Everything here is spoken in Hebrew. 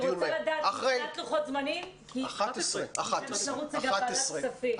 אני רוצה לדעת מבחינת לוחות זמנים כי אני חייבת לרוץ גם לוועדת כספים.